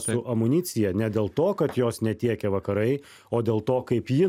su amunicija ne dėl to kad jos netiekia vakarai o dėl to kaip ji